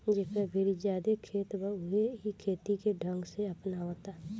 जेकरा भीरी ज्यादे खेत बा उहे इ खेती के ढंग के अपनावता